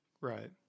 Right